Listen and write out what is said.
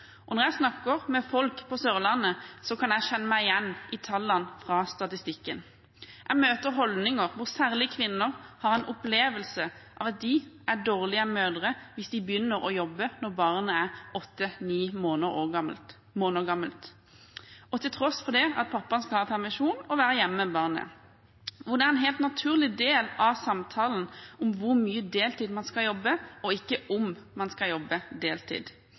Når jeg snakker med folk på Sørlandet, kan jeg kjenne meg igjen i tallene fra statistikken. Jeg møter holdninger hvor særlig kvinner har en opplevelse av at de er dårlige mødre hvis de begynner å jobbe når barnet er åtte–ni måneder gammelt – til tross for at pappaen skal ha permisjon og være hjemme med barnet. Og det er en helt naturlig del av samtalen hvor mye deltid man skal jobbe, og ikke om man skal jobbe deltid.